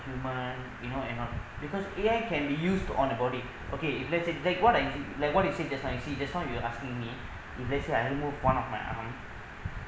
human you know and all because A_I can be used to on the body okay if let's say like what I like what you say just now you see just now you're asking me if let's say I only move one of my arm